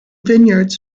vineyards